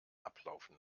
ablaufen